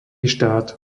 štát